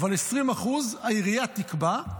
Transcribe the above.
ו-20% העירייה תקבע,